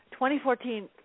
2014